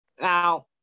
Now